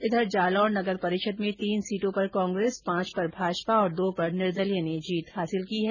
इधर जालोर नगर परिषद में तीन सीटों पर कांग्रेस पांच पर भाजपा और दो पर निर्दलीय ने जीत हासिल की है